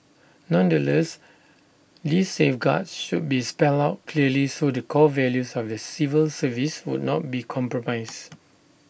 nonetheless these safeguards should be spelled out clearly so the core values of the civil service would not be compromised